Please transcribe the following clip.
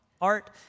art